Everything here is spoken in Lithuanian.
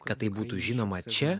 kad tai būtų žinoma čia